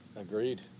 Agreed